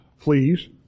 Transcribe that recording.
please